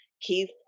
Keith